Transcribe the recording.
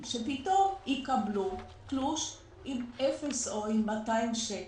שפתאום יקבלו תלוש עם 0 או עם 200 שקל?